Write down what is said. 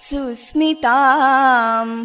Susmitam